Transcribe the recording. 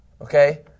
okay